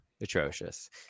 atrocious